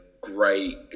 great